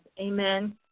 Amen